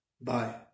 Bye